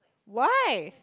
why